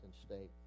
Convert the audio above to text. State